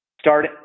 Start